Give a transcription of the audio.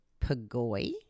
Pagoy